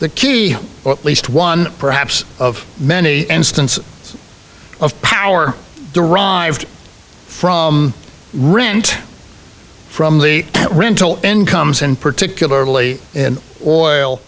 the key or at least one perhaps of many instances of power derived from rint from the rental incomes and particularly in oil